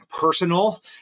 personal